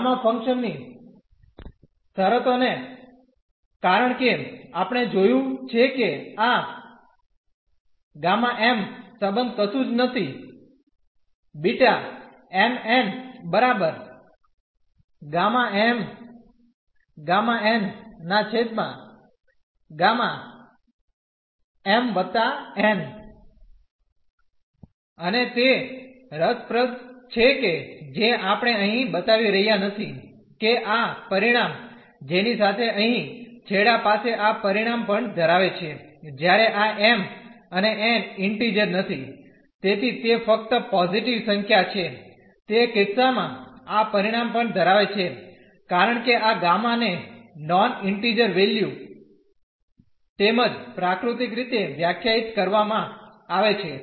gamma function ની શરતો ને કારણ કે આપણે જોયું છે કે આ Γ m સંબંધ કશું જ નથી અને તે રસપ્રદ છે કે જે આપણે અહીં બતાવી રહ્યાં નથી કે આ પરિણામ જેની સાથે અહીં છેડા પાસે આ પરિણામ પણ ધરાવે છે જ્યારે આ m અને n ઇન્ટીઝર નથી તેથી તે ફક્ત પોઝીટીવ સંખ્યા છે તે કિસ્સામાં આ પરિણામ પણ ધરાવે છે કારણ કે આ ગામા ને નોન ઇન્ટીઝર વેલ્યુ તેમ જ પ્રાકૃતિક રીતે વ્યાખ્યાયિત કરવામાં આવે છે